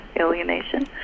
alienation